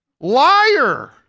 Liar